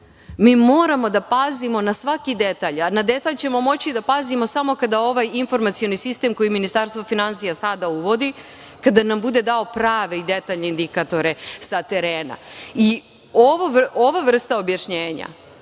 moramo da pazimo na svaki detalj, a na detalj ćemo moći da pazimo samo kada nam ovaj informacioni sistem, koji Ministarstvo finansija sada uvodi, bude dao prave i detaljne indikatore sa terena. Ova vrsta objašnjenja